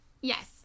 yes